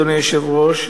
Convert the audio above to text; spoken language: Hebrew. אדוני היושב-ראש,